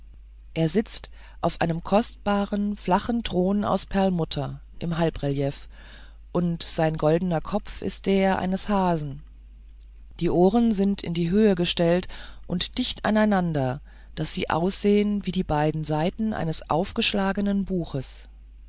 er sitzt auf einem kostbaren flachen thron aus perlmutter im halbrelief und sein goldener kopf ist der eines hasen die ohren sind in die höhe gestellt und dicht aneinander daß sie aussehen wie die beiden seiten eines aufgeschlagenen buches